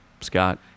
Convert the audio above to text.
Scott